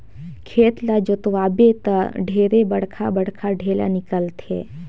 खेत ल जोतवाबे त ढेरे बड़खा बड़खा ढ़ेला निकलथे